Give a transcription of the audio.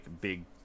big